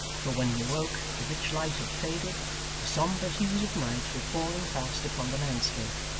for when he awoke, the rich light had faded, the sombre hues of night were falling fast upon the landscape,